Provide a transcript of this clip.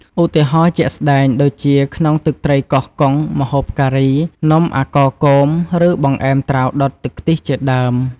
ឧទាហរណ៍ជាក់ស្ដែងដូចជាក្នុងទឹកត្រីកោះកុង ម្ហូបការី នំអាកោគោម ឬបង្អែមត្រាវដុតទឹកខ្ទិះជាដើម។